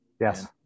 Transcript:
Yes